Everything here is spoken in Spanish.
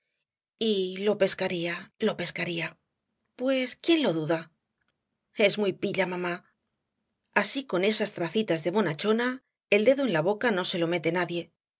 y lo pescaría lo pescaría pues quién lo duda es muy pilla mamá así con esas tracitas de bonachona el dedo en la boca no se lo mete nadie